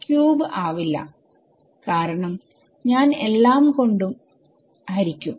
cube ആവില്ല കാരണം ഞാൻ എല്ലാം കൊണ്ട് ഹരിക്കും